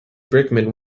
brickman